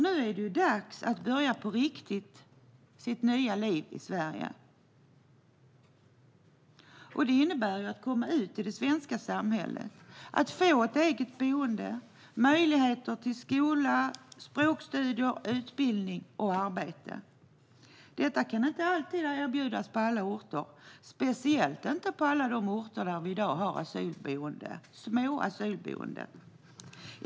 Nu är det ju dags att på riktigt börja sitt nya liv i Sverige, och det innebär att komma ut i det svenska samhället, att få ett eget boende och möjligheter till skolgång, språkstudier, utbildning och arbete. Detta kan inte alltid erbjudas på alla orter, speciellt inte på alla de orter där vi i dag har små asylboenden.